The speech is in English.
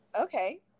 okay